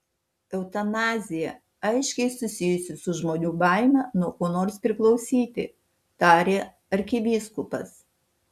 eutanazija aiškiai susijusi su žmonių baime nuo ko nors priklausyti tarė arkivyskupas